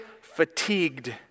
fatigued